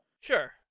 Sure